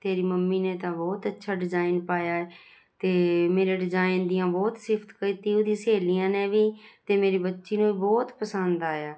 ਤੇਰੀ ਮੰਮੀ ਨੇ ਤਾਂ ਬਹੁਤ ਅੱਛਾ ਡਿਜ਼ਾਇਨ ਪਾਇਆ ਹੈ ਅਤੇ ਮੇਰੇ ਡਿਜ਼ਾਇਨ ਦੀਆਂ ਬਹੁਤ ਸਿਫ਼ਤ ਕੀਤੀ ਉਹਦੀ ਸਹੇਲੀਆਂ ਨੇ ਵੀ ਅਤੇ ਮੇਰੀ ਬੱਚੀ ਨੂੰ ਵੀ ਬਹੁਤ ਪਸੰਦ ਆਇਆ